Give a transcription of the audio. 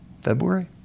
February